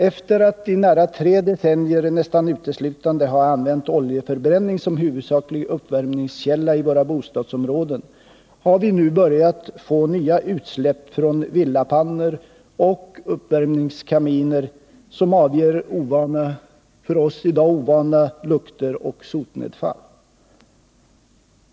Efter att i nära tre decennier nästan uteslutande ha använt oljeförbränning som huvudsaklig uppvärmningskälla i våra bostadsområden har vi nu börjat få nya utsläpp från villapannor och uppvärmningskaminer som avger för oss i dag ovana lukter och sotnedfall.